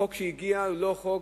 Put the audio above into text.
שהחוק שהגיע הוא לא חוק